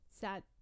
sad